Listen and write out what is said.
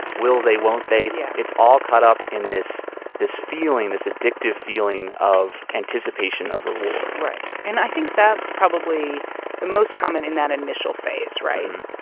will they? won't they? yeah it's all caught up in this this feeling, this addictive feeling of anticipation of reward right. and i think that's probably the most common in that initial phase, right?